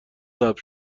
ثبت